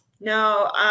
No